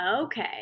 Okay